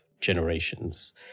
generations